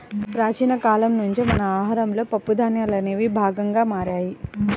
ప్రాచీన కాలం నుంచే మన ఆహారంలో పప్పు ధాన్యాలనేవి భాగంగా మారాయి